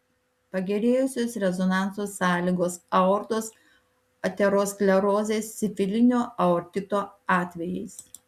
pagerėjusios rezonanso sąlygos aortos aterosklerozės sifilinio aortito atvejais